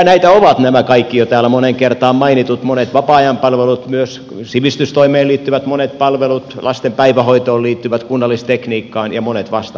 näitä ovat nämä kaikki jo täällä moneen kertaan mainitut monet vapaa ajan palvelut myös sivistystoimeen liittyvät monet palvelut lasten päivähoitoon liittyvät kunnallistekniikkaan liittyvät ja monet vastaavat tehtävät